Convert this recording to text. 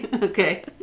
Okay